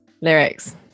lyrics